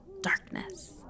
darkness